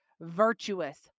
virtuous